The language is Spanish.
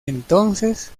entonces